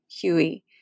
Huey